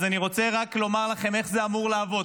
אז אני רוצה רק לומר לכם איך זה אמור לעבוד.